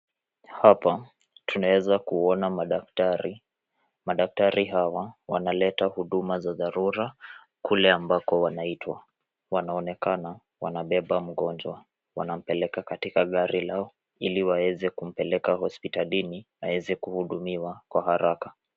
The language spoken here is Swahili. Hapa tunaweza kuona madaktari, madaktari hawa wanaleta huduma za dharura kule ambako wanaitwa, wanaonekan wanabeba mgonjwa wanampeleka katika gari lao ili waeze kumpeleka hospitalini aweze kuhudumiwa kwa haraka.